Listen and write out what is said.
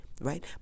right